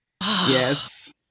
yes